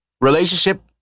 relationship